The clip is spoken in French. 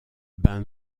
bain